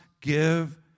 give